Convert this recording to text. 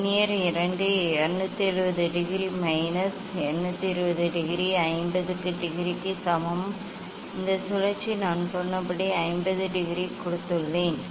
vernier 2 270 degree minus 220 degree 50 டிகிரிக்கு சமம் இந்த சுழற்சி நான் சொன்னபடி 50 டிகிரி கொடுத்துள்ளேன்